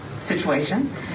situation